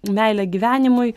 meilė gyvenimui